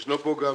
ישנו פה גם